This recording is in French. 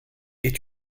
est